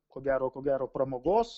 ko gero ko gero pramogos